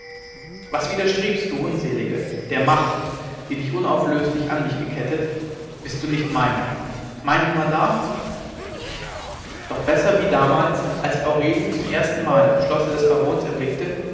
was widerstrebst du unselige der macht die dich unauflöslich an mich gekettet bist du nicht mein mein immerdar doch besser wie damals als ich aurelien zum erstenmal im schlosse des barons erblickte